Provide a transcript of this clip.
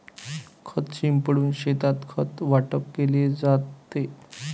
खत शिंपडून शेतात खत वाटप केले जाते